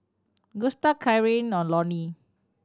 Gusta Lonie